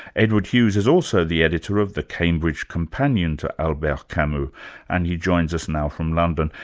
edward hughes is also the editor of the cambridge companion to albert camus and he joins us now from london.